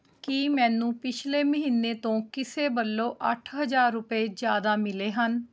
ਕੀ ਮੈਨੂੰ ਪਿਛਲੇ ਮਹੀਨੇ ਤੋਂ ਕਿਸੇ ਵੱਲੋਂ ਅੱਠ ਹਜ਼ਾਰ ਰੁਪਏ ਜ਼ਿਆਦਾ ਮਿਲੇ ਹਨ